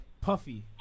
Puffy